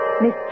Miss